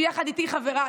שהיא יחד איתי חברה,